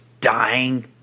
dying –